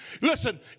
listen